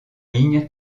ligne